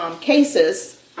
cases